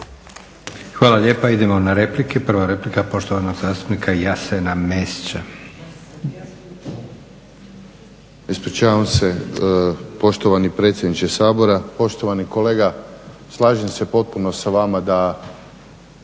Hvala lijepa. Idemo na replike. Prva replika poštovanog zastupnika Jasena Mesića. **Mesić, Jasen (HDZ)** Poštovani predsjedniče Sabora. Poštovani kolega, slažem se potpuno sa vama da